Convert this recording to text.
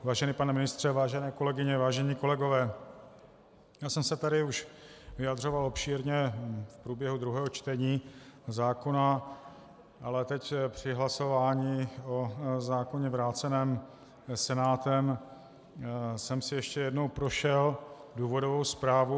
Vážený pane ministře, vážené kolegyně, vážení kolegové, já jsem se tady už vyjadřoval obšírně v průběhu druhého čtení zákona, ale teď při hlasování o zákoně vráceném Senátem jsem si ještě jednou prošel důvodovou zprávu.